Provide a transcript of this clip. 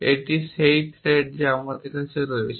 এটি সেই থ্রেড যা আমাদের কাছে রয়েছে